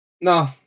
No